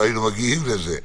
לא היינו מגיעים לזה,